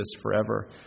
forever